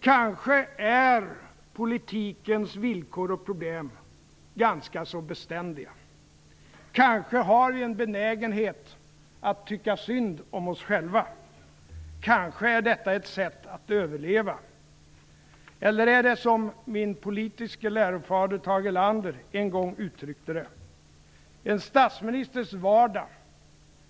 Kanske är politikens villkor och problem ganska så beständiga. Kanske har vi en benägenhet att tycka synd om oss själva. Kanske är detta ett sätt att överleva. Eller är det som min politiska lärofader, Tage Erlander, en gång uttryckte det? Han sade: En statsministers vardag